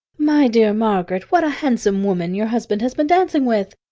my dear margaret, what a handsome woman your husband has been dancing with!